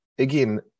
Again